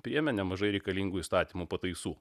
priėmė nemažai reikalingų įstatymų pataisų